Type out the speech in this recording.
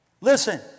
Listen